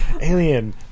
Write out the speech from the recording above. Alien